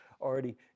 already